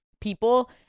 people